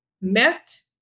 met